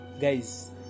guys